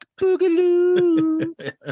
boogaloo